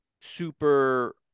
super